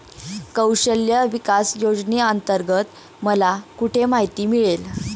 कौशल्य विकास योजनेअंतर्गत मला कुठे माहिती मिळेल?